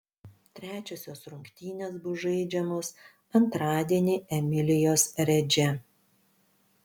trečiosios rungtynės bus žaidžiamos antradienį emilijos redže